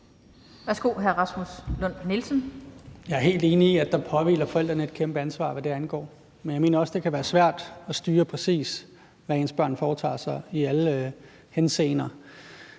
Jeg er helt enig i, at der påhviler forældrene et kæmpe ansvar, hvad det angår. Men jeg mener også, det kan være svært at styre præcis, hvad ens børn foretager sig i alle henseender.